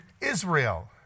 Israel